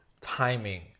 timing